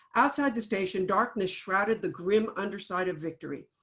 outside the station, darkness shrouded the grim underside of victory.